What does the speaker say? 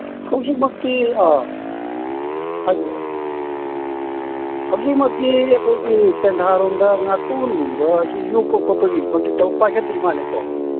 ꯍꯧꯖꯤꯛꯃꯛꯇꯤ ꯑ ꯍꯥꯏꯕꯤꯌꯨ ꯍꯥꯏꯕꯤꯌꯨ ꯍꯧꯖꯤꯛꯃꯛꯇꯤ ꯑꯩꯈꯣꯏꯒꯤ ꯇꯦꯟꯊꯥꯔꯣꯝꯗ ꯉꯥꯇꯣꯟꯒꯨꯝꯕꯁꯤ ꯌꯣꯛꯄ ꯈꯣꯠꯄꯒꯤꯃꯛꯇꯤ ꯄꯥꯏꯈꯠꯇ꯭ꯔꯤ ꯃꯥꯜꯂꯦꯀꯣ